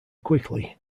quickly